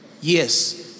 yes